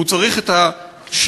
הוא צריך את השינוי